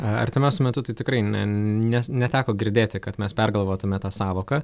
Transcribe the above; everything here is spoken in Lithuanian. artimiausiu metu tai tikrai ne nes neteko girdėti kad mes pergalvotumėme tą sąvoką